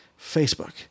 Facebook